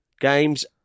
Games